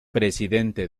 presidente